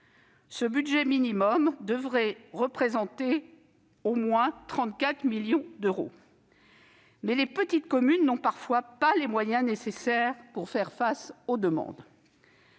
Ce budget minimum devrait représenter au moins 34 millions d'euros. Mais les petites communes n'ont parfois pas les moyens nécessaires pour faire face aux demandes.